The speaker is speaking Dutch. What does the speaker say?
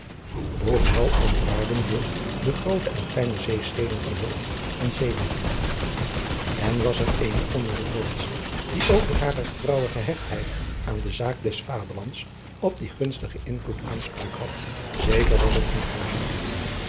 bovenal ontwaarden dit de groote en kleine zeesteden van holland en zeeland en was er eene onder de hollandsche die ook door hare getrouwe gehechtheid aan de zaak des vaderlands op dien gunstigen invloed aanspraak had zeker was het enkhuizen